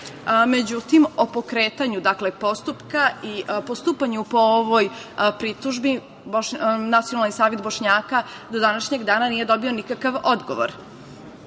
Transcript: Međutim, o pokretanju postupka i postupanju po ovoj pritužbi Nacionalni savet Bošnjaka do današnjeg dana nije dobio nikakav odgovor,